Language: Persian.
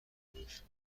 نوشت